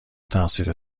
تقصیر